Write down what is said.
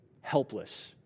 helpless